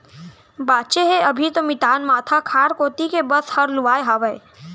बांचे हे अभी तो मितान माथा खार कोती के बस हर लुवाय हावय